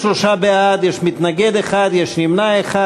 33 בעד, מתנגד אחד, נמנע אחד.